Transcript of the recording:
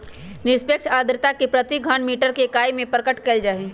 निरपेक्ष आर्द्रता के प्रति घन मीटर के इकाई में प्रकट कइल जाहई